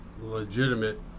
legitimate